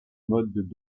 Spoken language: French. modes